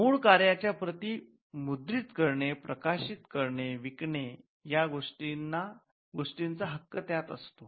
मूळ कार्याच्या प्रती मुद्रित करणे प्रकाशित करणे विकणे या गोष्टींचा हक्क त्यात असतो